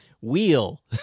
wheel